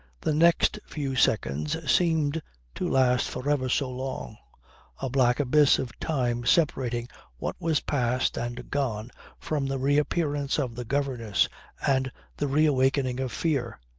the next few seconds seemed to last for ever so long a black abyss of time separating what was past and gone from the reappearance of the governess and the reawakening of fear.